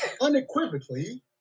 unequivocally